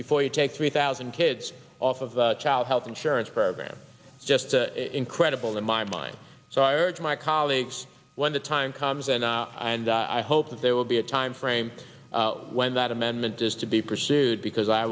before you take three thousand kids off of child health insurance program just incredible in my mind so i urge my colleagues when the time comes and i and i hope that there will be a time frame when that amendment does to be pursued because i